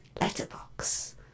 letterbox